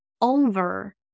over